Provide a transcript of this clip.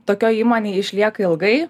tokioj įmonėj išlieka ilgai